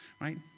right